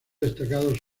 destacados